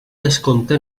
descompte